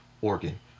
organ